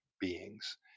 beings